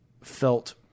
felt